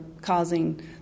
causing